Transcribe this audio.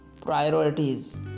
priorities